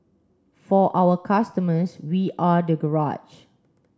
for our customers we are the garage